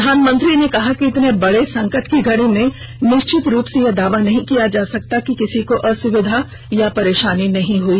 प्रधानमंत्री ने कहा कि इतने बड़े संकट की घड़ी में निश्चित रूप से यह दावा नहीं किया जा सकता कि किसी को असुविधा या परेशानी नहीं हई